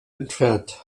entfernt